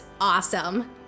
awesome